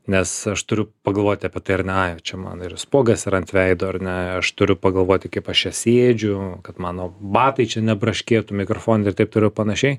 nes aš turiu pagalvoti apie tai ar ne jau čia man yra spuogas ir ant veido ar ne aš turiu pagalvoti kaip aš čia sėdžiu kad mano batai čia nebraškėtų mikrofone ir taip toliau panašiai